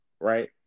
right